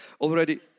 already